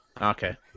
Okay